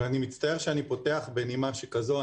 ואני מצטער שאני פותח בנימה שכזו.